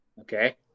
Okay